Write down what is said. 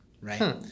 right